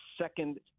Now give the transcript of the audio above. second